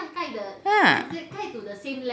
!huh!